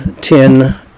ten